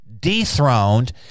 dethroned